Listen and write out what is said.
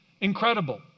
incredible